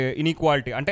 inequality